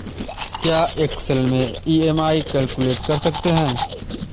क्या एक्सेल में EMI calculate कर सकते हैं?